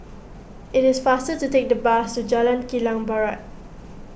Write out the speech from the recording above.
it is faster to take the bus to Jalan Kilang Barat